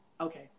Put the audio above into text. Okay